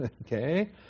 okay